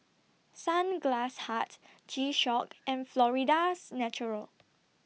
Sunglass Hut G Shock and Florida's Natural